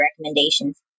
recommendations